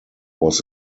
was